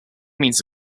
means